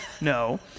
no